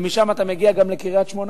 ומשם אתה מגיע גם לקריית-שמונה.